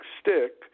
stick